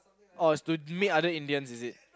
oh it's to meet other Indians is it